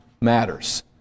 matters